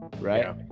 right